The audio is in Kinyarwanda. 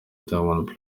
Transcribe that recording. diamond